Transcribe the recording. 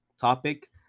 topic